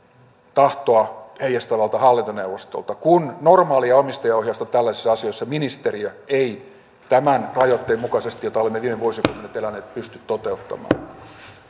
tahtoa heijastavalta hallintoneuvostolta kun normaalia omistajaohjausta tällaisissa asioissa ministeriö ei tämän rajoitteen mukaisesti jota olemme viime vuosikymmenet eläneet pysty toteuttamaan